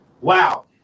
Wow